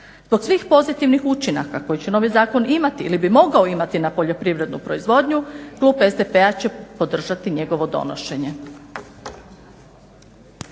Kod svih pozitivnih učinaka koje će novi zakon imati ili bi mogao imati na poljoprivrednu proizvodnju klub SDP-a će podržati njegovo donošenje.